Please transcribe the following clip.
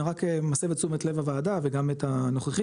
רק אני מסב את תשומת לב הוועדה וגם את הנוכחים,